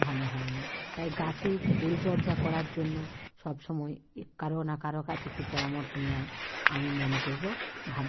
ভালো হয় না তাই গাছের পরিচর্যা করার জন্য সবসময় কারও না কারও কাছে একটু পরামর্শ নেওয়া আমি মনে করবো ভালো